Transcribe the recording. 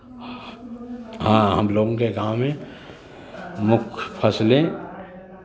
हाँ हम लोगों के गांव में मुख्य फसलें